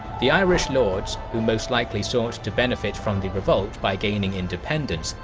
the irish lords, who most likely sought to benefit from the revolt by gaining independence,